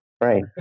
right